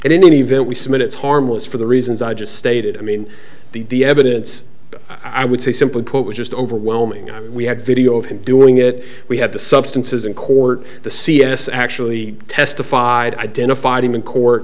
and in any event we submit it's harmless for the reasons i just stated i mean the evidence i would say simply put was just overwhelming we had video of him doing it we had the substances in court the c s actually testified identified him in court